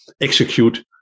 execute